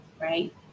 right